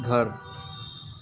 घर